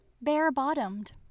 bare-bottomed